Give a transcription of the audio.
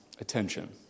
attention